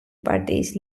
პარტიის